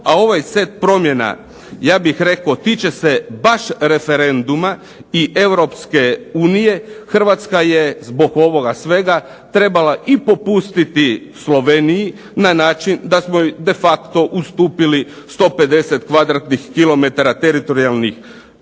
a ovaj set promjena ja bih rekao tiče se baš referenduma i Europske unije, Hrvatska je zbog ovoga svega trebala i popustiti Sloveniji na način da smo de facto ustupili 150 kvadratnih